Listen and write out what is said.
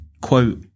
quote